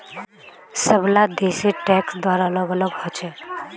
सबला देशेर टैक्स दर अलग अलग ह छेक